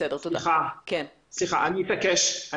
סליחה, אני אתעקש.